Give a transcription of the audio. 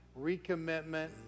recommitment